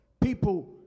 People